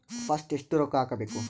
First ಎಷ್ಟು ರೊಕ್ಕ ಹಾಕಬೇಕು?